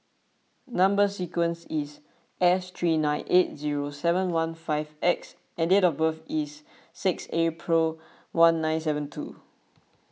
Number Sequence is S three nine eight zero seven one five X and date of birth is six April one nine seven two